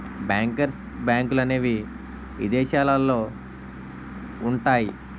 bankers బ్యాంకులనేవి ఇదేశాలల్లో ఉంటయ్యి